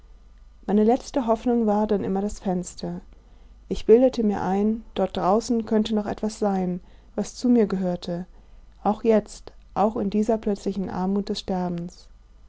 meine letzte hoffnung war dann immer das fenster ich bildete mir ein dort draußen könnte noch etwas sein was zu mir gehörte auch jetzt auch in dieser plötzlichen armut des sterbens